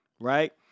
right